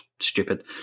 stupid